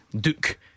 Duke